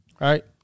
right